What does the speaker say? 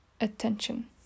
attention